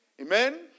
amen